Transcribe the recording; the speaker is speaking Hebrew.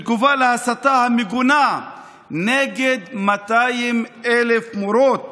בתגובה על ההסתה המגונה נגד 200,000 מורות